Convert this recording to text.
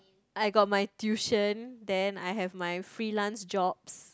I got my tuition then I have my freelance jobs